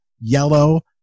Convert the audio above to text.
yellow